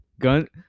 gun